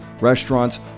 restaurants